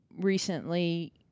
Recently